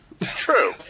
True